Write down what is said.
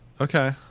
Okay